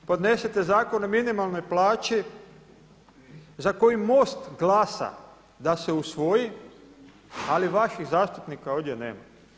Podnesete Zakon o minimalnoj plaći za koji MOST glasa da se usvoji ali vaših zastupnika ovdje nema.